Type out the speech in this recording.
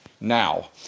Now